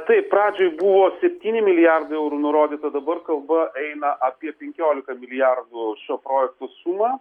taip pradžioj buvo septyni milijardai eurų nurodyta dabar kalba eina apie penkiolika milijardų šio projekto sumą